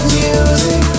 music